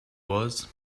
was